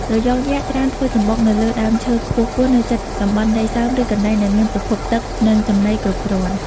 ត្រយងយក្សច្រើនធ្វើសម្បុកនៅលើ ដើមឈើខ្ពស់ៗ នៅជិតតំបន់ដីសើម ឬកន្លែងដែលមានប្រភពទឹក និងចំណីគ្រប់គ្រាន់។